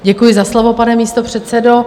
Děkuji za slovo, pane místopředsedo.